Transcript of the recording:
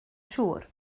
siŵr